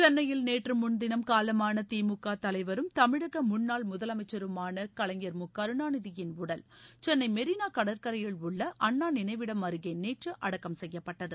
சென்னையில் நேற்றுமுன்தினம் காலமானதிமுகதலைவரும் தமிழகமுன்னாள் முதலமைச்சருமானகலைஞர் மு கருணநிதியின் உடல் சென்னைமெரினாகடற்கரையில் உள்ள அண்ணாநினைவிடம் அருகேநேற்றடஅடக்கம் செய்யப்பட்டது